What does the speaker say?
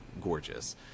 gorgeous